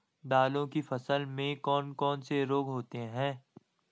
दालों की फसल में कौन कौन से रोग होते हैं?